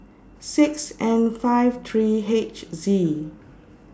six N five three H Z